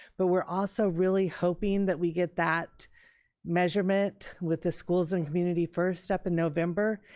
but we're also really hoping that we get that measurement with the schools and community first up in november.